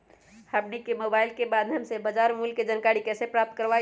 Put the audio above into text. हमनी के मोबाइल के माध्यम से बाजार मूल्य के जानकारी कैसे प्राप्त करवाई?